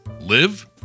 Live